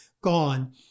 gone